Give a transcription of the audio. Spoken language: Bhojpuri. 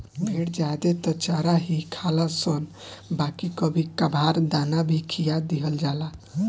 भेड़ ज्यादे त चारा ही खालनशन बाकी कभी कभार दाना भी खिया दिहल जाला